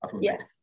Yes